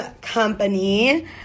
Company